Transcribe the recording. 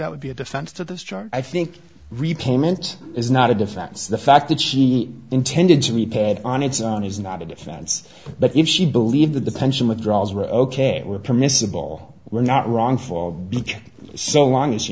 that would be a defense to this charge i think repayment is not a defense the fact that she intended to be paid on its own is not a defense but if she believed that the pension withdrawals were ok were permissible were not wrong for so long as